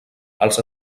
els